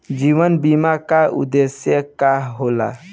जीवन बीमा का उदेस्य का होला?